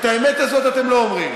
את האמת הזאת אתם לא אומרים.